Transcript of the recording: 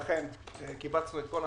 לכן קיבצנו את כל האנשים.